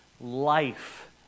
life